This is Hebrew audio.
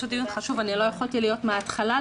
השירות הכי טוב ניתן בתוך המסגרות הציבוריות,